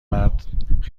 مرد